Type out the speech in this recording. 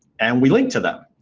and we link to them.